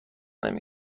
نمی